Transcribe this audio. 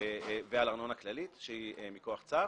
ועל ארנונה כללית, שהיא מכוח צו,